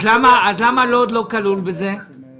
אז למה לוד לא כלולה בסעיף הזה?